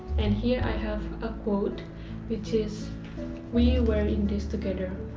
and here, i have ah quote which is we were in this together.